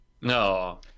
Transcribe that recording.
no